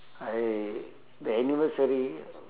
I the anniversary